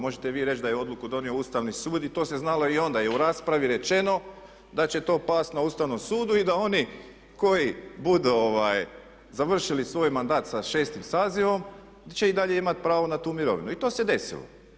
Možete vi reći da je odluku donio Ustavni sud i to se znalo i onda, je u raspravi rečeno da će to pasti na Ustavnom sudu i da oni koji budu završili svojim mandat sa 6 sazivom da će i dalje imati pravo na tu mirovinu i to se desilo.